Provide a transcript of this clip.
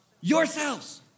Yourselves